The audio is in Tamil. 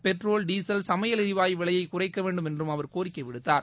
பெட்ரோல் டீசல் சமையல் ளிவாயு விலையை குறைக்க வேண்டும்னறும் அவர் கோரிக்கை விடுத்தார்